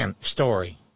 story